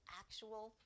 actual